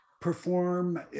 perform